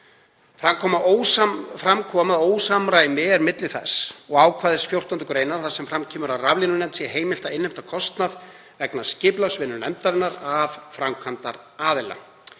Fram kom að ósamræmi er milli þess og ákvæðis 14. gr. þar sem fram kemur að raflínunefnd sé heimilt að innheimta kostnað vegna skipulagsvinnu nefndarinnar af framkvæmdaraðila.